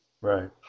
right